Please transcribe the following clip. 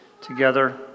together